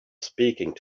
speaking